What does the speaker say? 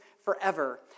forever